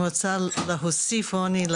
אני רוצה להוסיף רוני,